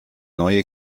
neue